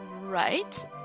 right